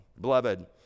Beloved